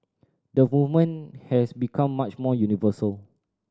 the movement has become much more universal